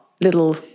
little